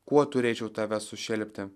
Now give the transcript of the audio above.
kuo turėčiau tave sušelpti